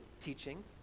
teaching